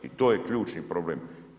I to je ključni problem.